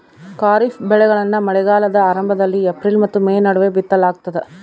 ಖಾರಿಫ್ ಬೆಳೆಗಳನ್ನ ಮಳೆಗಾಲದ ಆರಂಭದಲ್ಲಿ ಏಪ್ರಿಲ್ ಮತ್ತು ಮೇ ನಡುವೆ ಬಿತ್ತಲಾಗ್ತದ